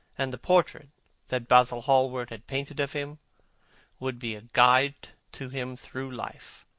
and the portrait that basil hallward had painted of him would be a guide to him through life,